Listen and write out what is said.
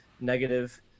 negative